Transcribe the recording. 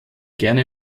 gerne